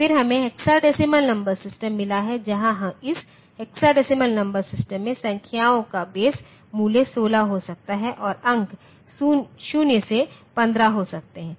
फिर हमें hexadecimal number system मिला है जहां इस हेक्साडेसिमल नंबर सिस्टम में संख्याओं का बेस मूल्य 16 हो सकता है और अंक 0 से 15 हो सकते हैं